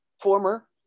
former